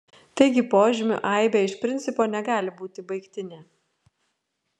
taigi požymių aibė iš principo negali būti baigtinė